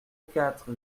quatre